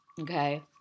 Okay